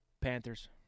Panthers